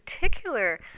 particular